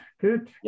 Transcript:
good